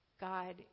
God